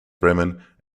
bremen